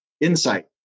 Insight